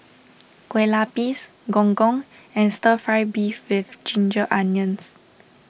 Kueh Lapis Gong Gong and Stir Fry Beef with Ginger Onions